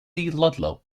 ludlow